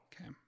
Okay